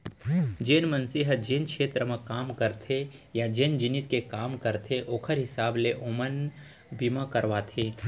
जेन मनसे ह जेन छेत्र म काम करथे या जेन जिनिस के काम करथे ओकर हिसाब ले ओमन बीमा करवाथें